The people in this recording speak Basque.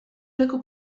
leku